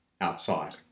outside